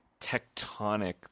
tectonic